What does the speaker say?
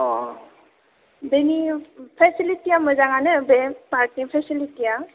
अ बेनि पेसिलिथिया मोजांङानो बे पार्कनि पेसिलिथिया